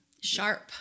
sharp